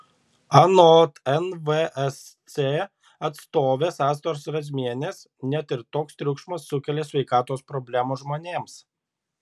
anot nvsc atstovės astos razmienės net ir toks triukšmas sukelia sveikatos problemų žmonėms